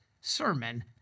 sermon